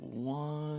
one